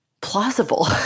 plausible